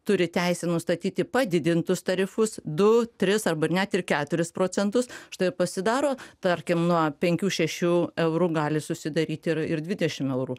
turi teisę nustatyti padidintus tarifus du tris arba net ir keturis procentus štai ir pasidaro tarkim nuo penkių šešių eurų gali susidaryt ir ir dvidešim eurų